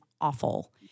awful